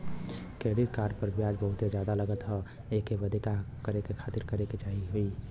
Credit card पर ब्याज बहुते ज्यादा लगत ह एके बंद करे खातिर का करे के होई?